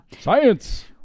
Science